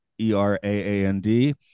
E-R-A-A-N-D